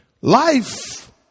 Life